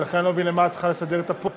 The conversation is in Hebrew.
ולכן אני לא מבין למה את צריכה לסדר את הפודיום,